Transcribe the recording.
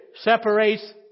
separates